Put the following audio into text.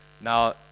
Now